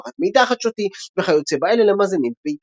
העברת מידע חדשותי וכיוצא באלה למאזינים בביתם.